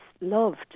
loved